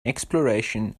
exploration